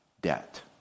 debt